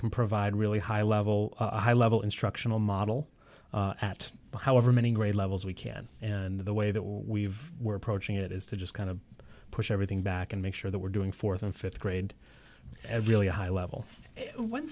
can provide really high level high level instructional model at all however many grade levels we can and the way that we've we're approaching it is to just kind of push everything back and make sure that we're doing th and th grade every high level one